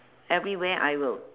everywhere I will